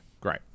Great